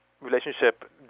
relationship